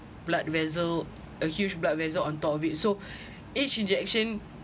blood vessel a huge blood vessel on top of it so each injection